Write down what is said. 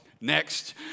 next